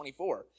24